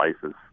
places